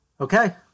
Okay